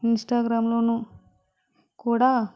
Instagram లోనూ కూడా